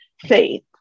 faith